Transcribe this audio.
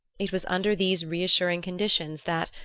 it was under these reassuring conditions that,